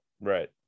Right